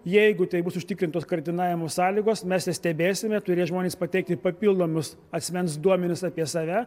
jeigu tai bus užtikrintos karantinavimo sąlygos mes jas stebėsime turės žmonės pateikti papildomus asmens duomenis apie save